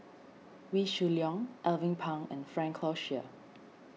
Wee Shoo Leong Alvin Pang and Frank Cloutier